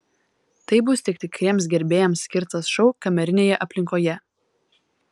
tai bus tik tikriems gerbėjams skirtas šou kamerinėje aplinkoje